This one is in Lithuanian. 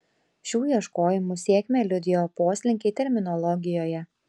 šių ieškojimų sėkmę liudijo poslinkiai terminologijoje